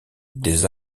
des